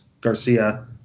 Garcia